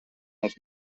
els